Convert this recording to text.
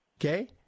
Okay